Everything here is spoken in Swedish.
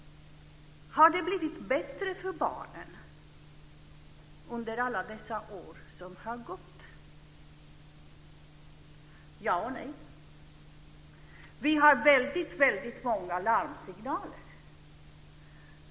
Har det blivit bättre för barnen under alla dessa år som har gått? Ja och nej. Vi får väldigt många larmsignaler.